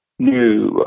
new